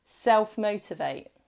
Self-motivate